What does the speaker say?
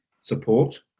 support